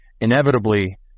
Inevitably